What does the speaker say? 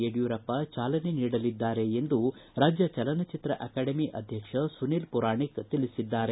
ಯಡಿಯೂರಪ್ಪ ಚಾಲನೆ ನೀಡಲಿದ್ದಾರೆ ಎಂದು ರಾಜ್ಯ ಚಲನಚಿತ್ರ ಅಕಾಡೆಮಿ ಅಧ್ಯಕ್ಷ ಸುನಿಲ್ ಪುರಾಣಿಕ್ ತಿಳಿಸಿದ್ದಾರೆ